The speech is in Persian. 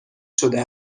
شده